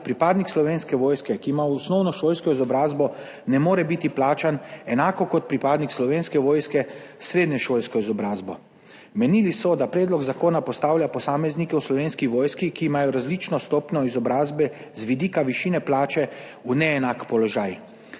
pripadnik Slovenske vojske, ki ima osnovnošolsko izobrazbo, ne more biti plačan enako kot pripadnik Slovenske vojske s srednješolsko izobrazbo. Menili so, da predlog zakona postavlja posameznike v Slovenski vojski, ki imajo različno stopnjo izobrazbe, z vidika višine plače v neenak položaj.